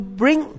bring